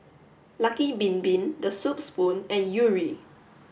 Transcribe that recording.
lucky Bin Bin The Soup Spoon and Yuri